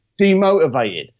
demotivated